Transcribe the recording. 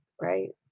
right